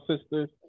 sisters